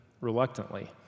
reluctantly